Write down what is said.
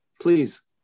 Please